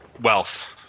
wealth